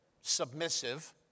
submissive